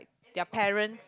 their parents